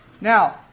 Now